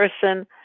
person